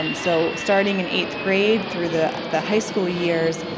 um so starting in eighth grade through the the high school years,